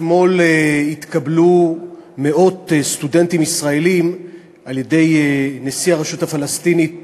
אתמול התקבלו מאות סטודנטים ישראלים על-ידי נשיא הרשות הפלסטינית